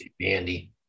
Andy